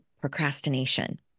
procrastination